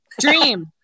Dream